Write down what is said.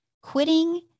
quitting